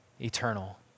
eternal